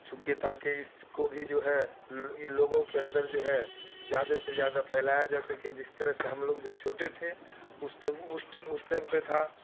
چوںکہ تاکہ اس کو بھی جو ہے لوگوں کے اندر جو ہے زیادہ سے زیادہ پھیلایا جاسکے جس طرح سے ہم لوگ جب چھوٹے تھے اس اس اس ٹائم پہ تھا